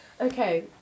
Okay